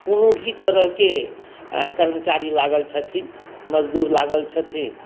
कोनो भी तरहके कर्मचारी लागल छथिन मजदूर लागल छथिन